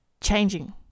changing